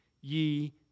ye